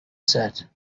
set